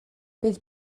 bydd